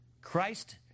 Christ